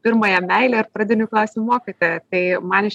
pirmąją meilę ir pradinių klasių mokytoją tai man iš